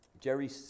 jerry